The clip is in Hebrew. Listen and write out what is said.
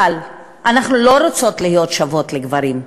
אבל אנחנו לא רוצות להיות שוות לגברים,